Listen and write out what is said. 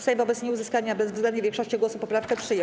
Sejm wobec nieuzyskania bezwzględnej większości głosów poprawkę przyjął.